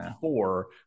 Four